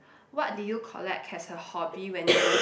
what did you collect as a hobby when you were